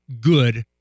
good